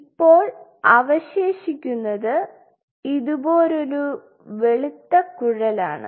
ഇപ്പോൾ അവശേഷിക്കുന്നത് ഇതുപോലൊരു വെളുത്ത കുഴലാണ്